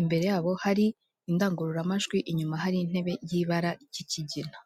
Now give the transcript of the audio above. imbere yabo hari indangururamajwi, inyuma hari intebe y'ibara ry'ikigina.